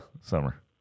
Summer